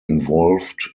involved